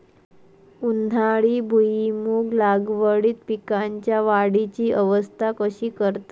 उन्हाळी भुईमूग लागवडीत पीकांच्या वाढीची अवस्था कशी करतत?